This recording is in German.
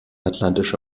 atlantische